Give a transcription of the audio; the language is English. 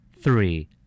three